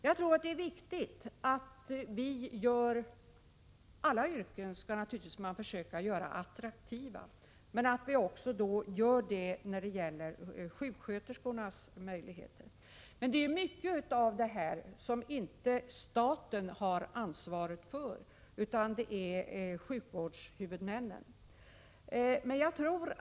Man skall naturligtvis försöka att göra alla yrken attraktiva, och det är viktigt att vi gör så också beträffande sjuksköterskeyrket. Men mycket av det som här behöver göras har inte staten utan sjukvårdshuvudmännen ansvaret för.